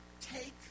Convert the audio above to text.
take